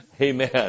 Amen